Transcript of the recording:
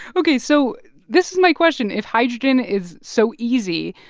ok, so this is my question. if hydrogen is so easy,